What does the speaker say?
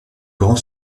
grand